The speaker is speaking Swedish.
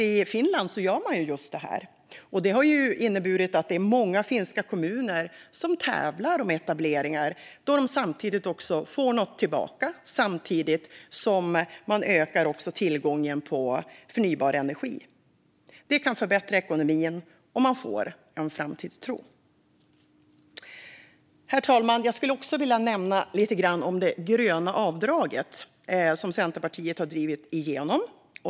I Finland gör man just detta. Det har inneburit att det är många finska kommuner som tävlar om etableringar, då de får någonting tillbaka samtidigt som man ökar tillgången på förnybar energi. Det kan förbättra ekonomin, och man får en framtidstro. Herr talman! Jag skulle också vilja säga lite grann om det gröna avdraget, som Centerpartiet har drivit igenom.